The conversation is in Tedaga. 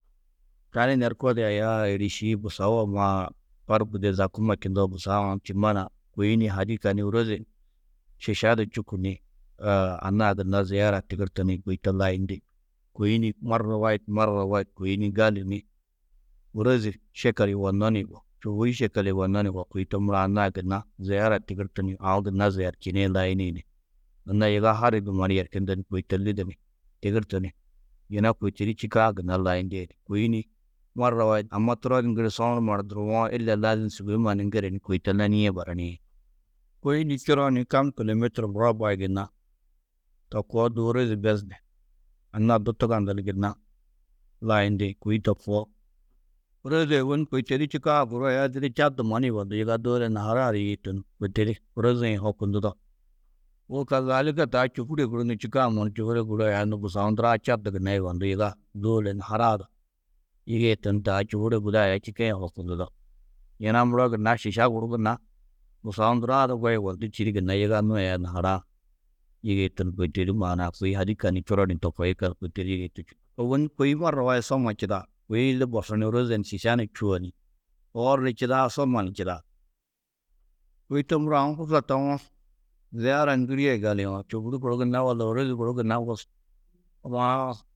Tani norko di ayaa êriši busau a ma park dê Zakûma čundoo busau Ãtîman-ã, kôi ni hadîka ni ôroze šiša du čûku ni anna-ã gunna ziyara tigirtu ni kôi to layindi. Kôi ni marra waid, marra waid, kôi ni gali ni ôroze šekel yugonnó ni šekel yugonnó ni yugó, kôi to muro anna-ã gunna ziyara tigirtu ni, aũ gunna ziyerčini, layini ni. Anna yiga harij du mannu yerčundu ni kôi to lidu, tigirtu ni yina kôi to di čîkã gunna layindi. Kôi ni marra waid, amma turo du ŋgiri soũ numa du duruwo, ille lazim sûgoi mannu ŋgiri ni kôi to lanîe baraniĩ. Kôi ni čuro ni kam kîlometur murobaa gunna, To koo du ôroze bes ni. Anna-ã du tugandu ni gunna layindi, kôi to koo. Ôroze ôwonni kôi to di čîkã, guru aya didi Čad du mannu yugondú, yiga dôula naharaa-ã du yigiitu ni kôi to di ôroze-ã yê hokundudo. Wô kazalika, taa čôhure guru ni čîkã mannu čôhure aya nû busau ndurã Čad du gunna yugondú yiga dôulo naharaa du yigiitu ni taa čôhure guda aya čîkã yê hokundudo. Yina muro gunna šiša guru gunna busau ndurã du ŋgo yugondú čîidi gunna yigannu aya nahara-ã yigiitu ni kôi to di maana-ã kôi hadîka ni čuro ni to koo yikallu kôi to di yigiitu Ôwonni kôi marra waid soma čidaa, kôi illi borsu ni ôroze ni šiša ni čûo ni. Oor ni čidaa, somma ni čidaa. Kôi to muro, aũ hursa tawo, ziyara ŋgirîe gali uũ. Čôhuri guru gunna walla ôrozi guru gunna.